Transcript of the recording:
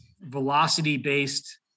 velocity-based